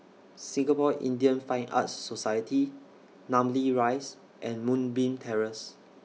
Singapore Indian Fine Arts Society Namly Rise and Moonbeam Terrace